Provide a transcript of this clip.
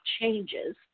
changes